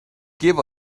give